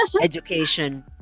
education